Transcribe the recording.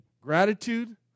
gratitude